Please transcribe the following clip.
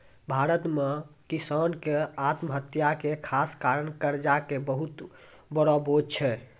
भारत मॅ किसान के आत्महत्या के खास कारण कर्जा के बहुत बड़ो बोझ छै